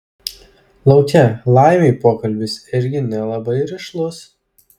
lauke laimiui pokalbis irgi nelabai rišlus